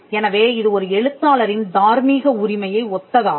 எனவே இது ஒரு எழுத்தாளரின் தார்மீக உரிமையை ஒத்ததாகும்